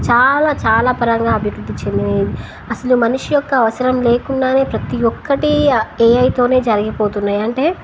చాలా చాలా పరంగా అభివృద్ధి చెందింది అసలు మనిషి యొక్క అవసరం లేకుండానే ప్రతి ఒక్కటి ఏఐతోనే జరిగిపోతున్నాయి అంటే